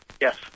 Yes